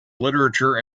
literature